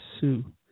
sue